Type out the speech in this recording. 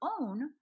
own